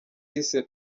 yise